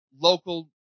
local